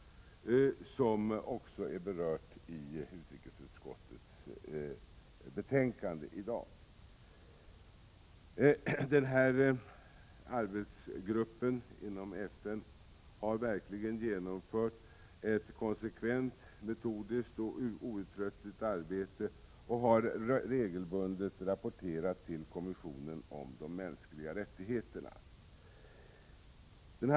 Den har också berörts i utrikesutskottets betänkande. Arbetsgruppen inom FN har verkligen genomfört ett konsekvent, metodiskt och outtröttligt arbete och har regelbundet rapporterat till kommissionen för mänskliga rättigheter.